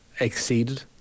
exceeded